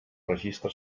registre